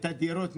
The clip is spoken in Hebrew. את הדירות,